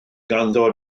ganddo